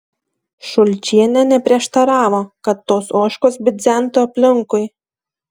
šulčienė neprieštaravo kad tos ožkos bidzentų aplinkui